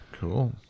Cool